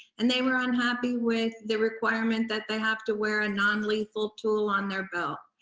and they were unhappy with the requirement that they have to wear a non-lethal tool on their belt.